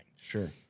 Sure